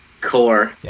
core